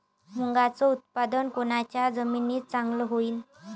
मुंगाचं उत्पादन कोनच्या जमीनीत चांगलं होईन?